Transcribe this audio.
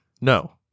No